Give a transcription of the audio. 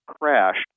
crashed